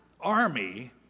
army